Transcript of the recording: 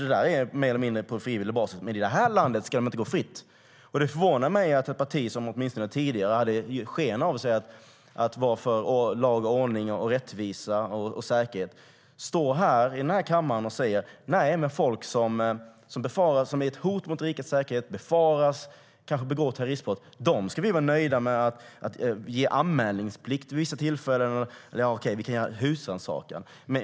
Detta är alltså mer eller mindre på frivillig basis, men i det här landet ska de inte gå fritt. Det förvånar mig att ett parti, som åtminstone tidigare gav sken av att vara för lag, ordning, rättvisa och säkerhet, här i kammaren säger att man ska nöja sig med att belägga folk, som befaras vara ett hot mot rikets säkerhet eller begå terroristbrott, med anmälningsplikt. Vid vissa tillfällen kan man också göra en husrannsakan.